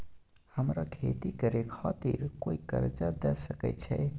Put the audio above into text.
हमरा खेती करे खातिर कोय कर्जा द सकय छै?